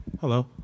Hello